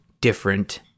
different